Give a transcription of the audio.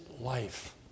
life